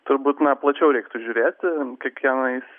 turbūt na plačiau reiktų žiūrėti kiekvienais